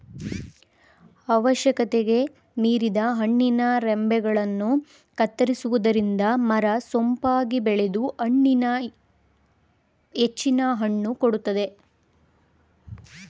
ಅವಶ್ಯಕತೆಗೆ ಮೀರಿದ ಹಣ್ಣಿನ ರಂಬೆಗಳನ್ನು ಕತ್ತರಿಸುವುದರಿಂದ ಮರ ಸೊಂಪಾಗಿ ಬೆಳೆದು ಹೆಚ್ಚಿನ ಹಣ್ಣು ಕೊಡುತ್ತದೆ